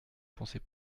pensais